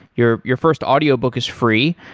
your your first audiobook is free,